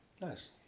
Nice